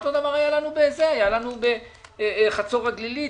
אותו דבר היה לנו בחצור הגלילית,